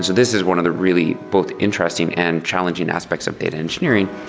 this is one of the really both interesting and challenging aspects of data engineering,